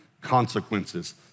Consequences